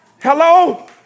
Hello